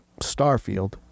Starfield